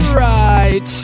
right